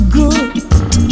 good